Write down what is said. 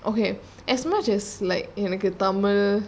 okay as much as like like a tamil